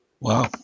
Wow